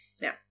now